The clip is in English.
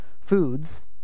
foods